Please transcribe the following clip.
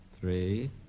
three